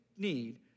need